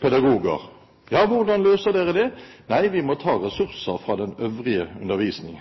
pedagoger. Hvordan løser dere det? Vi må ta ressurser fra den øvrige undervisningen.